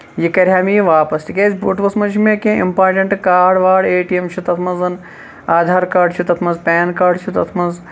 یہِ کَرِ ہا یہِ مےٚ واپَس تِکیازِ بٔٹوَس منٛز چھُ مےٚ کیٚنہہ اِمپارٹنٹ کاڑ واڑ اے ٹی اٮ۪م چھُ تَتھ منٛز آدھار کاڈ چھُ تَتھ منٛز پین کاڈ چھُ تَتھ منٛز